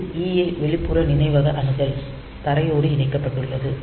இது EA வெளிப்புற நினைவக அணுகல் தரையோடு இணைக்கப்பட்டுள்ளது